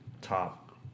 top